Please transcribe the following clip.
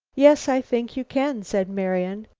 yes, i think you can, said marian.